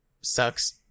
sucks